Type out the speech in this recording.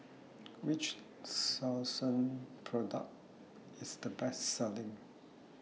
Which Selsun Product IS The Best Selling